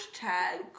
Hashtag